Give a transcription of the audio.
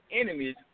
enemies